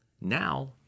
Now